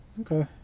Okay